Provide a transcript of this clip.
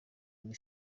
kuri